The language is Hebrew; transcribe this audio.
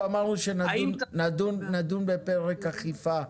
אמרנו שנדון בפרק אכיפה,